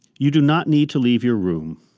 you do not need to leave your room.